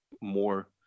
more